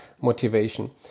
motivation